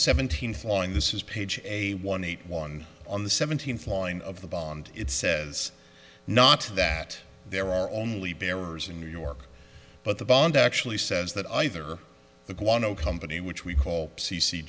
seventeenth floor and this is page a one eight one on the seventeenth line of the bond it says not that there are only bearers in new york but the bond actually says that either the guano company which we call c c